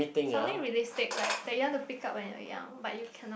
something realistic like that one you want to pick up when you're young but you cannot